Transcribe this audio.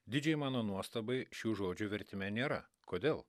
didžiai mano nuostabai šių žodžių vertime nėra kodėl